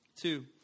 Two